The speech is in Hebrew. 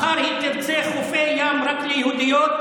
מחר היא תרצה חופי ים רק ליהודיות,